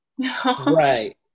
right